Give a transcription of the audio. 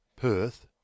Perth